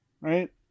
right